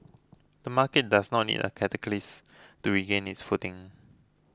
the market does not need a catalyst to regain its footing